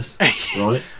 right